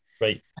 Right